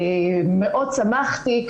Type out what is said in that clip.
מאוד שמחתי,